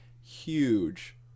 Huge